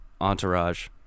Entourage